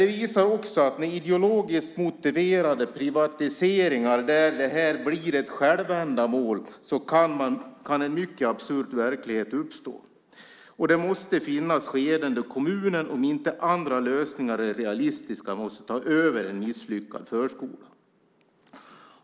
Det visar också att med ideologiskt motiverade privatiseringar där detta blir ett självändamål kan en mycket absurd verklighet uppstå. Det måste finnas skeden då kommunen, om inte andra lösningar är realistiska, måste ta över en misslyckad förskola.